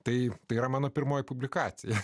tai tai yra mano pirmoji publikacija